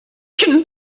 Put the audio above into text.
can